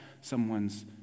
someone's